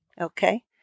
Okay